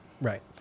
right